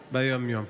ביום-יום.